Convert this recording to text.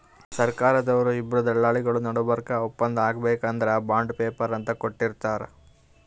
ಸರ್ಕಾರ್ದವ್ರು ಇಬ್ಬರ್ ದಲ್ಲಾಳಿಗೊಳ್ ನಡಬರ್ಕ್ ಒಪ್ಪಂದ್ ಆಗ್ಬೇಕ್ ಅಂದ್ರ ಬಾಂಡ್ ಪೇಪರ್ ಅಂತ್ ಕೊಟ್ಟಿರ್ತಾರ್